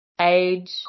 age